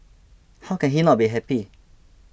how can he not be happy